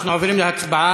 אנחנו עוברים להצבעה.